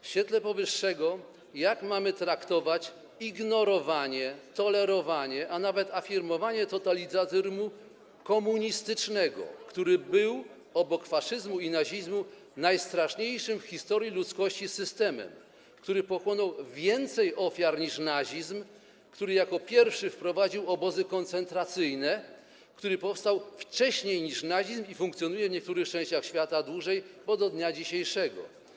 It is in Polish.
W świetle powyższego jak mamy traktować ignorowanie, tolerowanie, a nawet afirmowanie totalitaryzmu komunistycznego, który był obok faszyzmu i nazizmu najstraszniejszym w historii ludzkości systemem, który pochłonął więcej ofiar niż nazizm, który jako pierwszy wprowadził obozy koncentracyjne, który powstał wcześniej niż nazizm i funkcjonuje w niektórych częściach świata dłużej, bo do dnia dzisiejszego?